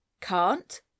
Can't